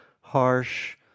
Harsh